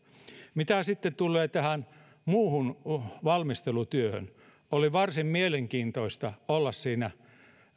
mitä sitten tulee tähän muuhun valmistelutyöhön oli varsin mielenkiintoista olla siinä